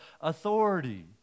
authority